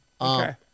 Okay